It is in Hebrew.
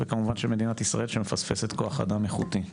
והוא כמובן של מדינת ישראל שמפספסת כוח אדם איכותי.